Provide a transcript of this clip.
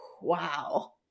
Wow